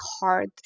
hard